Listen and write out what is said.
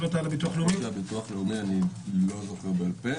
לא זוכר בעל פה,